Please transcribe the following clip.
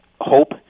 Hope